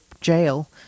jail